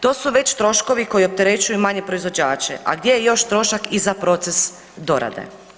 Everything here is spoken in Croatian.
To su već troškovi koji opterećuju i manje proizvođače, a gdje je trošak i za proces dorade.